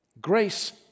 Grace